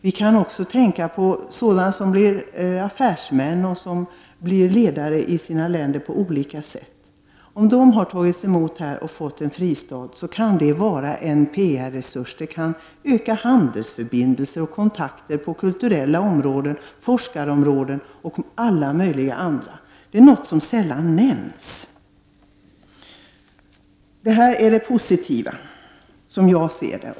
Det räcker med att tänka på sådana personer som blir affärsmän eller ledare i sina länder. Om de har tagits emot som flyktingar och fått en fristad här kan det utgöra en PR-resurs som bidrar till att bl.a. öka handelsförbindelser, skapa kontakter på kulturella områden och på forskningsområden. Detta nämns det sällan någonting om. Som jag ser det är detta positivt.